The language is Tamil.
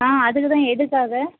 ஆ அதுக்கு தான் எதற்காக